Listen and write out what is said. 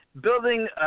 Building